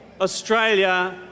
Australia